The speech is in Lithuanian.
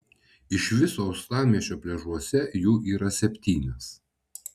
iš viso uostamiesčio pliažuose jų yra septynios